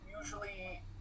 usually